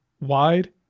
wide